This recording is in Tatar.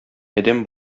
адәм